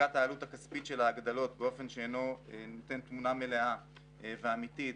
הצגת העלות הכספית של ההגדלות באופן שאינו נותן תמונה מלאה ואמיתית,